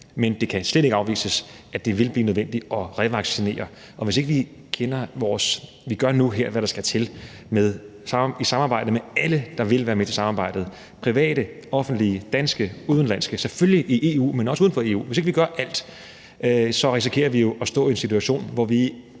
men det kan slet ikke afvises, at det vil blive nødvendigt at revaccinere. Og hvis vi ikke nu her gør, hvad der skal til, i samarbejde med alle, der vil være med til samarbejdet – private, offentlige, danske, udenlandske, selvfølgelig i EU, men også uden for EU – altså hvis ikke vi gør alt, så risikerer vi jo at stå i en situation, hvor vi